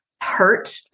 hurt